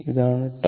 ഇതാണ് τ